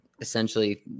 essentially